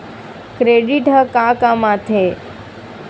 Credit ह का काम आथे?